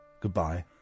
Goodbye